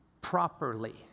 properly